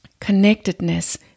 connectedness